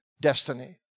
Destiny